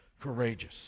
courageous